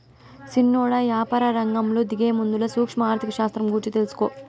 సిన్నోడా, యాపారరంగంలో దిగేముందల సూక్ష్మ ఆర్థిక శాస్త్రం గూర్చి తెలుసుకో